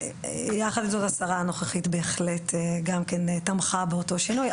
יחד עם זאת השרה הנוכחית בהחלט גם כן תמכה באותו שינוי,